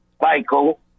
Michael